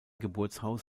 geburtshaus